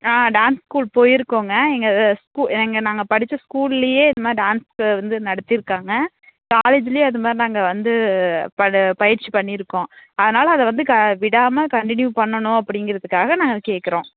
ஆ dance school போயிருக்கோங்க எங்கள் school எங்கள் நாங்கள் படிச்ச ஸ்கூல்லையே இது மாதிரி டான்ஸ்ஸு வந்து நடத்தியிருக்காங்க காலேஜில் அது மாதிரி நாங்கள் வந்து பட பயிற்சி பண்ணியிருக்கோம் அதனால அதை வந்து கா விடாமல் கண்டினியூ பண்ணணும் அப்படிங்கிறதுக்காக நாங்கள் கேட்கறோம்